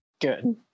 good